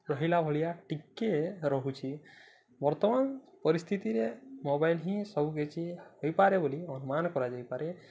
ରହିଲା ଭଳିଆ ଟିକେ ରହୁଛି ବର୍ତ୍ତମାନ ପରିସ୍ଥିତିରେ ମୋବାଇଲ ହିଁ ସବୁ କିଛି ହେଇପାରେ ବୋଲି ଅନୁମାନ କରାଯାଇପାରେ